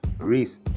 Reese